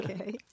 Okay